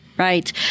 Right